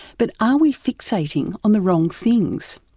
but are we fixating on the wrong things?